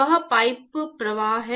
वह पाइप प्रवाह के लिए है